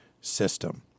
system